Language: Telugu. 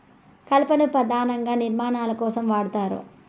కలపను పధానంగా నిర్మాణాల కోసం వాడతారు